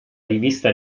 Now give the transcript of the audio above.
rivista